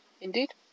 Indeed